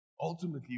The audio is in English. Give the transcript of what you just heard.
Ultimately